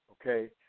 okay